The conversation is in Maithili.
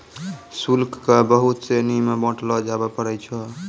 शुल्क क बहुत श्रेणी म बांटलो जाबअ पारै छै